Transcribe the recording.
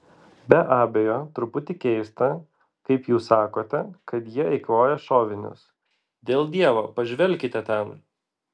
be abejo truputį keista kaip jūs sakote kad jie eikvoja šovinius dėl dievo pažvelkite ten